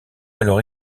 alors